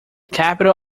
capital